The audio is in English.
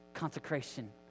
consecration